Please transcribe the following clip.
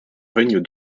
règne